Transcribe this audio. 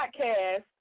podcast